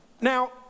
Now